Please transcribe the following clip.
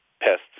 pests